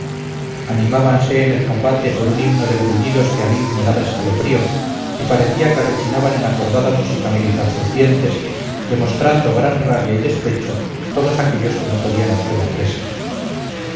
posición animábanse en el combate por un himno de gruñidos que a mí me daba escalofrío y parecía que rechinaban en acordada música militar sus dientes demostrando gran rabia y despecho todos aquellos que no podían hacerme presa